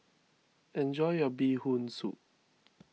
enjoy your Bee Hoon Soup